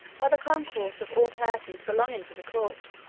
by the concourse of all persons belonging to the court.